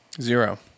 Zero